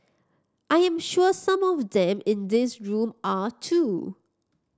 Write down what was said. I am sure some of them in this room are too